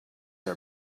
are